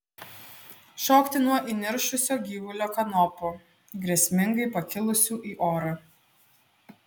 šokti nuo įniršusio gyvulio kanopų grėsmingai pakilusių į orą